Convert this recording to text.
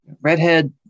Redhead